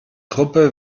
truppe